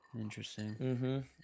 Interesting